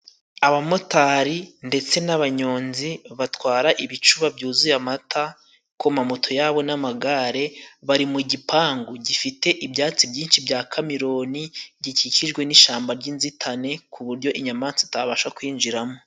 Abamotari ndetse n'abanyonzi batwara ibicuba byuzuye amata ku mamoto yabo n'amagare, bari mu gipangu gifite ibyatsi byinshi bya cameroni, gikikijwe n'ishamba ry'inzitane ku buryo inyamanswa itabasha kwinjiramo.